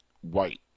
white